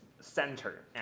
center